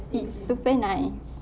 it's super nice